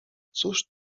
cóż